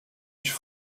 ich